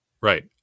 Right